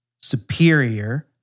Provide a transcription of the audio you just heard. superior